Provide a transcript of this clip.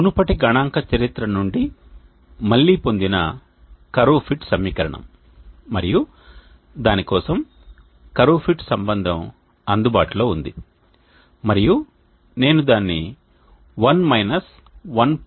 ఇది మునుపటి గణాంక చరిత్ర నుండి మళ్లీ పొందిన కర్వ్ ఫిట్ సమీకరణం మరియు దాని కోసం కర్వ్ ఫిట్ సంబంధం అందుబాటులో ఉంది మరియు నేను దానిని 1 1